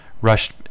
Rushed